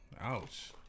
Ouch